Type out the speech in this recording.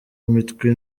imitwe